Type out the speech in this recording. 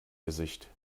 gesicht